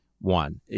one